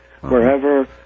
Wherever